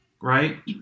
right